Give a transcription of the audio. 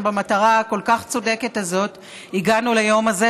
במטרה הכל-כך צודקת הזאת הגענו ליום הזה,